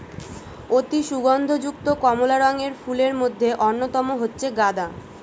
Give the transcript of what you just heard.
অতি সুগন্ধ যুক্ত কমলা রঙের ফুলের মধ্যে অন্যতম হচ্ছে গাঁদা